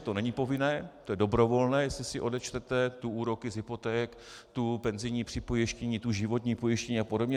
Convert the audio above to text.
To není povinné, to je dobrovolné, jestli si odečtete tu úroky z hypoték, tu penzijní připojištění, tu životní pojištění apod.